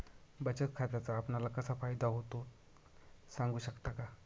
बचत खात्याचा आपणाला कसा फायदा होतो? सांगू शकता का?